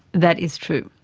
that is true.